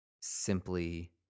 simply